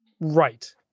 Right